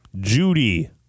Judy